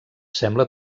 sembla